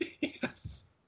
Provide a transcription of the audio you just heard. Yes